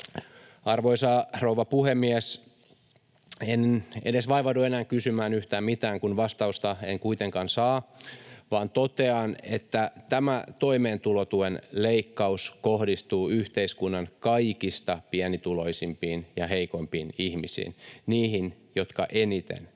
Arvoisa rouva puhemies! En edes vaivaudu enää kysymään yhtään mitään, kun vastausta en kuitenkaan saa, vaan totean, että tämä toimeentulotuen leikkaus kohdistuu yhteiskunnan kaikista pienituloisimpiin ja heikoimpiin ihmisiin, niihin, jotka eniten tukea